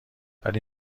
ولی